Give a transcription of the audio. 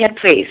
please